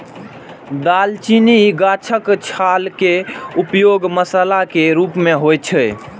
दालचीनी गाछक छाल के उपयोग मसाला के रूप मे होइ छै